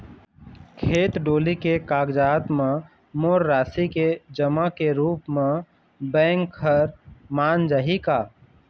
खेत डोली के कागजात म मोर राशि के जमा के रूप म बैंक हर मान जाही का?